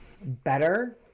better